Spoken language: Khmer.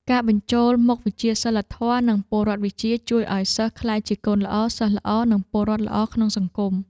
ការបញ្ចូលមុខវិជ្ជាសីលធម៌និងពលរដ្ឋវិជ្ជាជួយឱ្យសិស្សក្លាយជាកូនល្អ សិស្សល្អ និងពលរដ្ឋល្អក្នុងសង្គម។